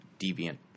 deviant